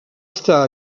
estar